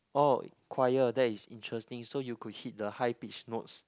oh choir that is interesting so you could hit the high pitch notes